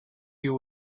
you